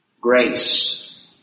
grace